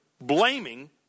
blaming